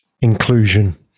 inclusion